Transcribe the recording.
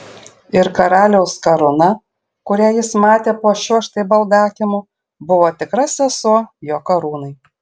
ir karaliaus karūna kurią jis matė po šiuo štai baldakimu buvo tikra sesuo jo karūnai